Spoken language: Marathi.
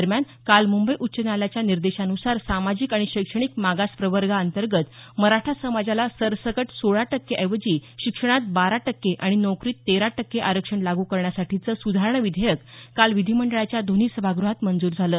दरम्यान काल मुंबई उच्च न्यायालयाच्या निर्देशांनुसार सामाजिक आणि शैक्षणिक मागास प्रवर्गांतर्गत मराठा समाजाला सरसकट सोळा टक्के ऐवजी शिक्षणात बारा टक्के आणि नोकरीत तेरा टक्के आरक्षण लागू करण्यासाठीचं सुधारणा विधेयक काल विधीमंडळाच्या दोन्ही सभागृहात मंजूर झालं